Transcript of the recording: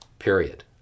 Period